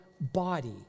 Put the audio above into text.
body